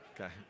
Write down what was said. Okay